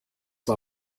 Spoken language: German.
war